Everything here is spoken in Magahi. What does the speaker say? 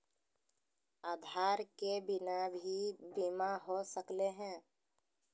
आधार के बिना भी बीमा हो सकले है?